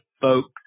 folks